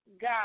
God